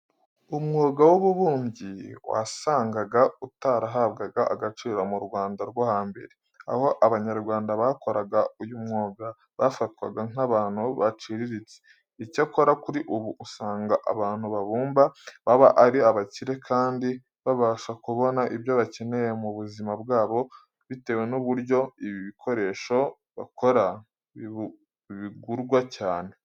Umwuga w'ububumbyi wasangaga utarahabwaga agaciro mu Rwanda rwo hambere, aho Abanyarwanda bakoraga uyu mwuga bafatwaga nk'abantu baciriritse. Icyakora kuri ubu usanga abantu babumba baba ari abakire kandi babasha kubona ibyo bakeneye mu buzima bwabo bitewe n'uburyo ibikoresho bakora bigurwa cyane.